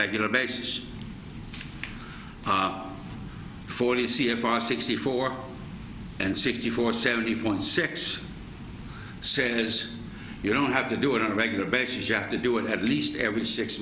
regular basis our forty c f r sixty four and sixty four seventy one six says you don't have to do it on a regular basis you have to do it at least every six